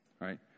right